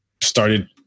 started